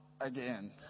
again